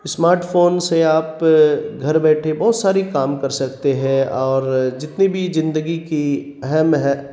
smart phone سے آپ گھر بیٹھے بہت ساری کام کر سکتے ہیں اور جتنی بھی زندگی کی اہم ہیں